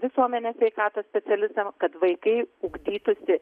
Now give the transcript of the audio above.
visuomenės sveikatos specialistam kad vaikai ugdytųsi